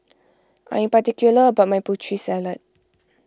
I am particular about my Putri Salad